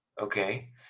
okay